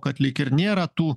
kad lyg ir nėra tų